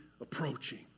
approaching